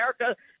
America